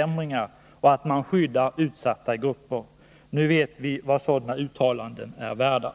ämringar utan säger att man skyddar utsatta grupper. Nu vet vi vad sådana uttalanden är värda.